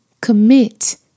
commit